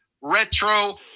retro